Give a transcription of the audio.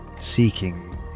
seeking